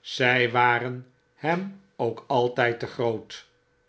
zij waren hem ook altijd te groot